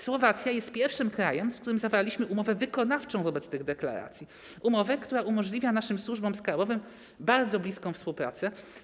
Słowacja jest pierwszym krajem, z którym zawarliśmy umowę wykonawczą wobec tych deklaracji - umowę, która umożliwia naszym służbom skarbowym bardzo bliską współpracę.